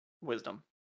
wisdom